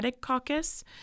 Caucus